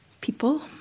people